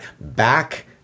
back